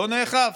לא נאכף.